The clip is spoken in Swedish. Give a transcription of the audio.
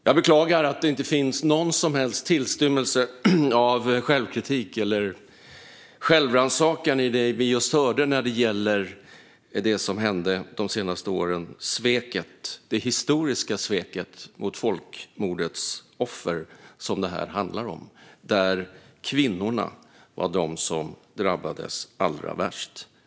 Jag beklagar att det inte finns någon som helst tillstymmelse till självkritik eller självrannsakan i det vi just hörde när det gäller det som hände de senaste åren och det historiska sveket mot folkmordets offer, som detta handlar om. Kvinnorna var de som drabbades allra värst.